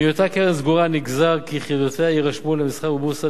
מהיותה קרן סגורה נגזר כי יחידותיה יירשמו למסחר בבורסה,